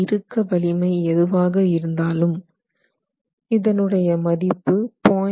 இறுக்க வலிமை எதுவாக இருந்தாலும் இதன் உடைய மதிப்பு 0